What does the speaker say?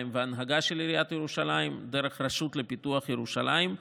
וההנהגה של עיריית ירושלים דרך הרשות לפיתוח ירושלים.